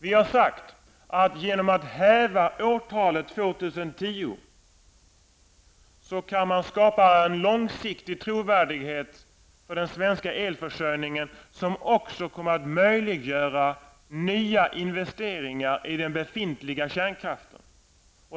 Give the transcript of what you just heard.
Genom att häva beslutet om år 2010 kan man skapa en långsiktig trovärdighet för den svenska elförsörjningen, som också kommer att möjliggöra nya investeringar i den befintliga kärnkraften.